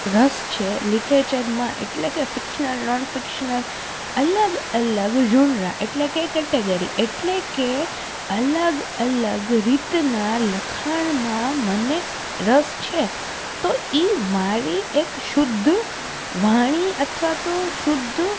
રસ છે લિટરેચરમાં એટલે કે ફિક્સનલ નોનફિક્સનલ અલગ અલગ ઝૂનરા એટલે કે કેટેગરી એટલે કે અલગ અલગ રીતના લખાણમાં મને રસ છે તો એ મારી એક શુદ્ધ વાણી અથવા તો શુદ્ધ